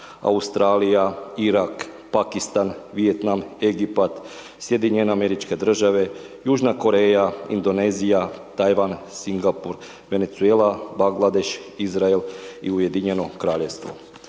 Australija, Irak, Pakistan, Vijetnam, Egipat, SAD, Južna Koreja, Indonezija, Tajvan, Singapur, Venezuela, Bangladeš, Izrael i UK. Iz njihove